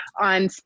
on